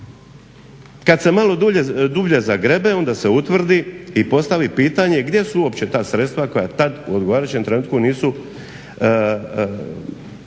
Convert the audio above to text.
kad se malo dublje zagrebe onda se utvrdi i postavi pitanje gdje su uopće ta sredstva koja tad u odgovarajućem trenutku nisu,